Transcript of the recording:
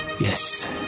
Yes